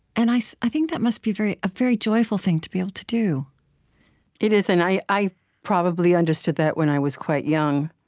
and i so i think that must be a ah very joyful thing to be able to do it is, and i i probably understood that when i was quite young.